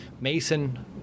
Mason